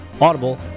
Audible